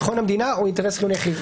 ביטחון המדינה או אינטרס חיוני אחר,